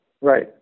right